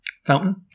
fountain